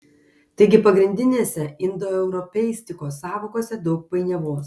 taigi pagrindinėse indoeuropeistikos sąvokose daug painiavos